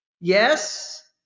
Yes